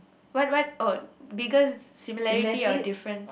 what what oh biggest similarity or difference